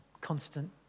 constant